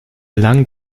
lang